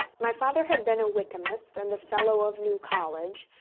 my father had been a wykamist and a fellow of new college,